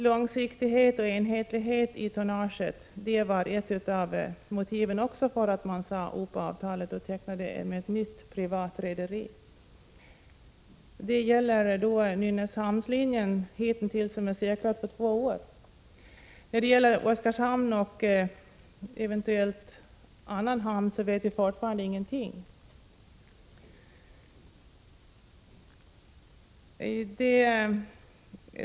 Långsiktighet och enhetlighet när det gäller tonnaget var också ett av motiven för att man sade upp avtalet och tecknade ett nytt med ett privat rederi. Nynäshamnslinjen är säkrad för två år. När det gäller Oskarshamn och eventuell annan hamn vet vi fortfarande ingenting.